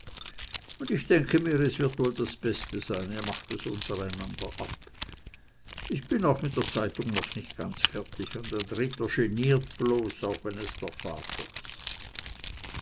und ich denke mir es wird wohl das beste sein ihr macht es untereinander ab ich bin auch mit der zeitung noch nicht ganz fertig und ein dritter geniert bloß auch wenn es der vater ist